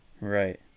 right